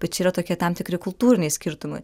bet čia yra tokie tam tikri kultūriniai skirtumai